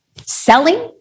selling